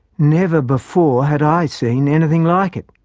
never before had i seen anything like it.